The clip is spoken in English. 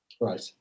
right